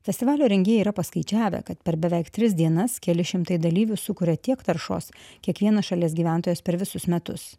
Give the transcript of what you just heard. festivalio rengėjai yra paskaičiavę kad per beveik tris dienas keli šimtai dalyvių sukuria tiek taršos kiek vienas šalies gyventojas per visus metus